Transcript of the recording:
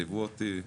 ליוו אותי,